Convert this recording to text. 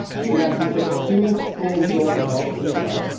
you can actually put two full grown adults in the car,